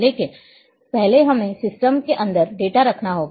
लेकिन इससे पहले हमें सिस्टम के अंदर डेटा रखना होगा